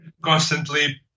constantly